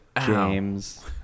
James